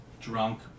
drunk